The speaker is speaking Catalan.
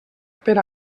per